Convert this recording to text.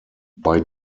bei